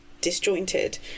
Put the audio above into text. disjointed